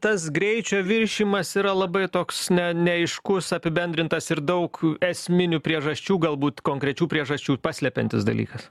tas greičio viršijimas yra labai toks neaiškus apibendrintas ir daug esminių priežasčių galbūt konkrečių priežasčių paslepiantis dalykas